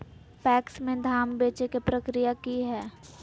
PACS में धाम बेचे के प्रक्रिया की हय?